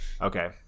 okay